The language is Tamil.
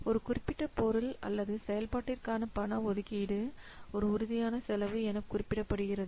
ஒரு குறிப்பிட்ட பொருள் அல்லது செயல்பாட்டிற்கான பண ஒதுக்கீடு ஒரு உறுதியான செலவு என குறிப்பிடப்படுகிறது